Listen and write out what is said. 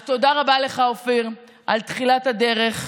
אז תודה רבה לך, אופיר, על תחילת הדרך.